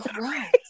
right